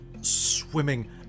swimming